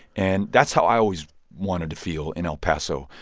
and that's how i always wanted to feel in el paso.